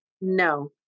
No